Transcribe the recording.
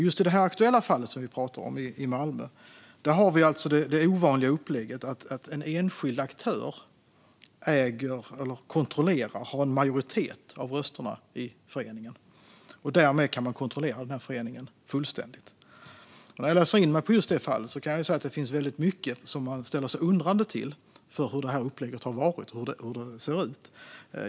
Just i det aktuella fallet i Malmö har vi det ovanliga upplägget att en enskild aktör äger eller kontrollerar - har en majoritet - av rösterna i föreningen. Därmed kan denna aktör kontrollera föreningen fullständigt. Efter att ha läst in mig på detta fall kan jag säga att det finns väldigt mycket som jag ställer mig undrande till när det gäller detta upplägg och hur det ser ut.